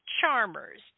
Charmers